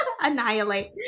Annihilate